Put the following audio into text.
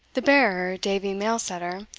the bearer, davie mailsetter,